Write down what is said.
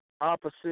opposite